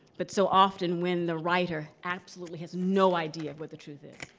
but so often when the writer absolutely has no idea of what the truth is,